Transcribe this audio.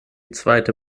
zweite